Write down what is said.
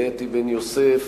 לאתי בן-יוסף